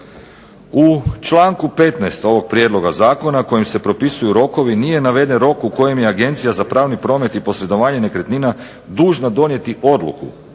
U članku 15. ovog prijedloga zakona kojim se propisuju rokovi nije naveden rok u kojem je Agencija za pravni promet i posredovanje nekretnina dužna donijeti odluku